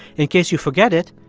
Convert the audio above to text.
in case you forget it,